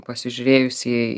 pasižiūrėjus į